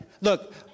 look